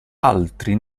altri